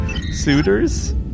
suitors